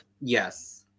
Yes